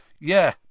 Yeah